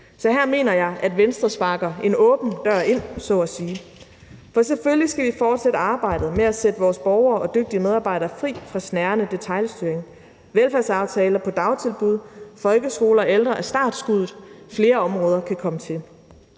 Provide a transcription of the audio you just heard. Så her mener jeg at Venstre sparker en åben dør ind, så at sige. For selvfølgelig skal vi fortsætte arbejdet med at sætte vores borgere og dygtige medarbejdere fri fra snærende detailstyring. Velfærdsaftaler på dagtilbuds-, folkeskole- og ældreområdet er startskuddet: Flere områder kan komme til.